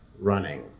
running